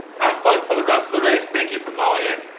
have fun for the rest of the race. thank you for calling in.